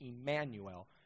Emmanuel